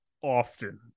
often